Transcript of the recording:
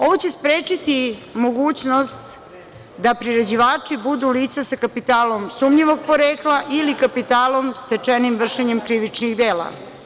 Ovo će sprečiti mogućnost da priređivači budu lica sa kapitalom sumnjivog porekla ili kapitalom stečenim vršenjem krivičnih dela.